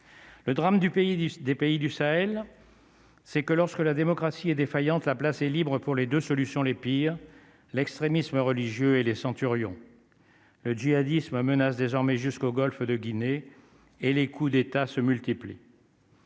du des pays du Sahel, c'est que lorsque la démocratie est défaillante, la place est libre pour les 2 solutions les pires l'extrémisme religieux et les Centurions. Le djihadisme a menace désormais jusqu'au Golfe de Guinée et les coups d'État se multiplient.